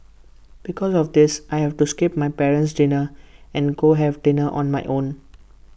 because of this I have to skip my parent's dinner and go have dinner on my own